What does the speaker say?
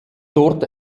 dort